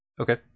Okay